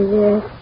yes